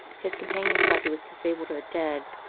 his companions thought he was disabled or dead,